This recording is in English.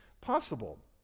possible